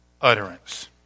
utterance